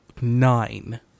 nine